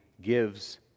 gives